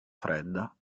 fredda